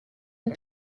une